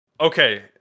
Okay